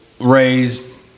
raised